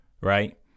right